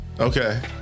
okay